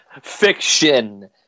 Fiction